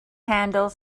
handle